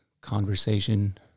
conversation